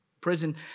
Prison